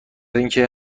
اینکه